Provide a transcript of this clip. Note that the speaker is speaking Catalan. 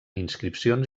inscripcions